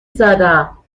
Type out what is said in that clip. زدم